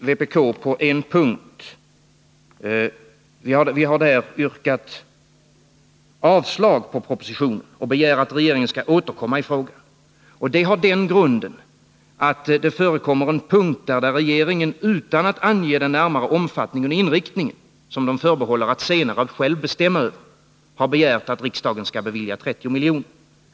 Vi yrkar där avslag på propositionen och begär att regeringen skall återkomma i frågan. Det har den grunden att det där förekommer en punkt där regeringen begär att riksdagen skall bevilja 30 miljoner, utan att ange den närmare omfattningen och inriktningen av åtgärderna, som regeringen förbehåller sig rätten att senare själv bestämma.